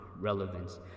relevance